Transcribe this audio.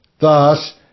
Thus